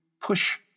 push